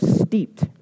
steeped